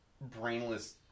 brainless